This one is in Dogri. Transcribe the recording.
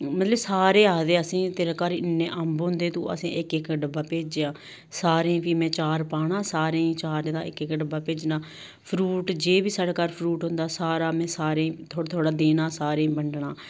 मतलब कि सारे आखदे असेंगी तेरे घर इन्ने अंब होंदे तूं असेंगी इक इक डब्बा भेजेआ सारे फ्ही में अचार पाना सारें गी अचारे दा इक इक डब्बा भेजना फरूट जे बी साढ़े घर फरूट होंदा सारा में सारें गी थोह्ड़ा थोह्ड़ा देना सारें गी बंडना